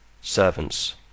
servants